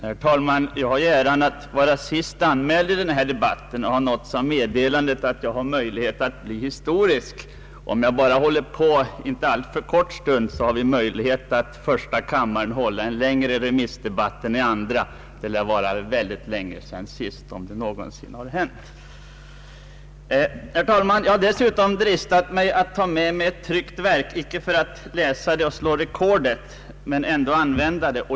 Herr talman! Jag har äran att vara sist anmäld i denna debatt och har nåtts av meddelandet att jag har möjlighet att bli historisk: om jag bara håller på inte alltför kort stund, har vi möjlighet att i första kammaren hålla en längre remissdebatt än andra kammaren. Det lär vara mycket länge sedan sist, om det någonsin förut hänt! Dessutom har jag dristat mig att ta med ett tryckt verk, icke för att läsa upp det helt och hållet och slå rekord men dock använda det.